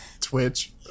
Twitch